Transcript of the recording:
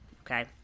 okay